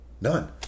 none